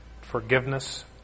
forgiveness